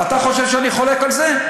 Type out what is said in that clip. אתה חושב שאני חולק על זה?